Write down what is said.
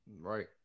right